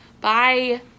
Bye